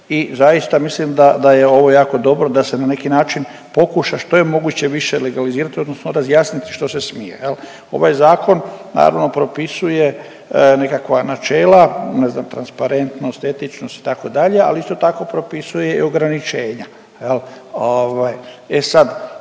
I zaista mislim da, da je ovo jako dobro da se na neki način pokuša što je moguće više legalizirati odnosno razjasniti što se smije, jel. Ovaj zakon naravno propisuje nekakva načela, ne znam transparentnost, etičnost itd. ali isto tako propisuje i ograničenja